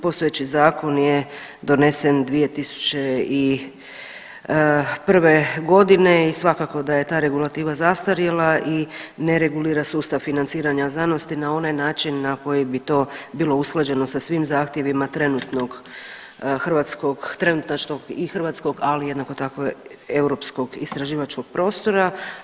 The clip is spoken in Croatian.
Postojeći zakon je donesen 2001.g. i svakako da je ta regulativan zastarjela i ne regulira sustav financiranja znanosti na onaj način na koji bi to bilo usklađeno sa svim zahtjevima trenutnog hrvatskog trenutačnog i hrvatskog, ali jednako tako europskog istraživačkog prostora.